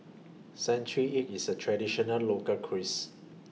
Century Egg IS A Traditional Local Cuisine